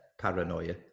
paranoia